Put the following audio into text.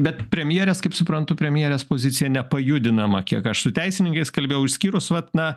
bet premjerės kaip suprantu premjerės pozicija nepajudinama kiek aš su teisininkais kalbėjau išskyrus vat na